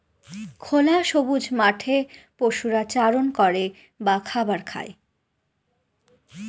খোলা সবুজ মাঠে পশুরা চারণ করে বা খাবার খায়